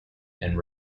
and